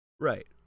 Right